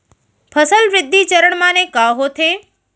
फसल वृद्धि चरण माने का होथे?